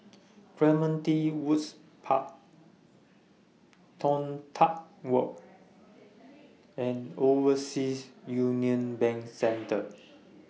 Clementi Woods Park Toh Tuck Walk and Overseas Union Bank Centre